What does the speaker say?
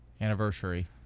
Anniversary